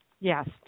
Yes